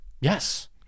yes